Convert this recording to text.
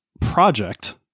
project